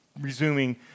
resuming